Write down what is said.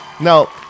Now